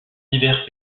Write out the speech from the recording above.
divers